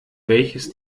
welches